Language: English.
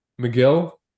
McGill